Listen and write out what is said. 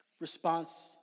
response